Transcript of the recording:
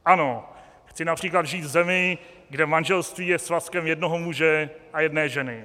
Ano, chci například žít v zemi, kde manželství je svazkem jednoho muže a jedné ženy.